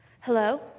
Hello